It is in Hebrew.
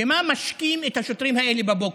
במה משקים את השוטרים האלה בבוקר?